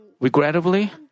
regrettably